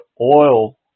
oil